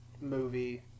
movie